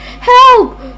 Help